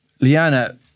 Liana